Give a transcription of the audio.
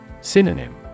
Synonym